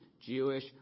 Jewish